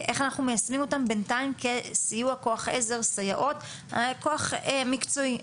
בינתיים כסיוע כוח עזר סייעות, כוח מקצועי.